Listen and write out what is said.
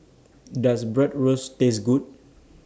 Does Bratwurst Taste Good